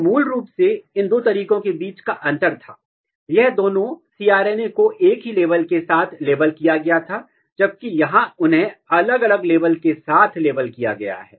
तो मूल रूप से इन दो तरीकों के बीच का अंतर था यहां दोनों cRNA को एक ही लेबल के साथ लेबल किया गया था जबकि यहां उन्हें अलग अलग लेबल के साथ लेबल किया गया है